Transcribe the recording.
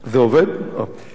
תודה.